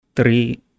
Three